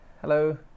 hello